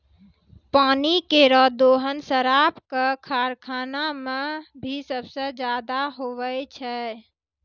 पानी केरो दोहन शराब क कारखाना म भी सबसें जादा होय छै